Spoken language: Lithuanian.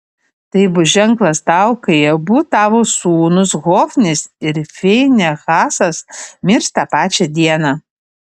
tai bus ženklas tau kai abu tavo sūnūs hofnis ir finehasas mirs tą pačią dieną